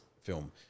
film